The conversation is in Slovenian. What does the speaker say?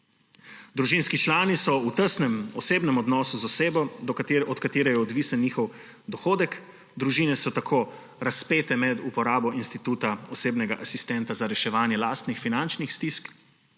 Družinski člani so v tesnem osebnem odnosu z osebo, od katere je odvisen njihov dohodek. Družine so tako razpete med uporabo instituta osebnega asistenta za reševanje lastnih finančnih stisk